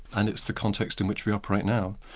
and it's the context in which we operate now.